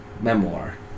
Memoir